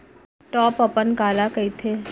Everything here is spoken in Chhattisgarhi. टॉप अपन काला कहिथे?